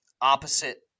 opposite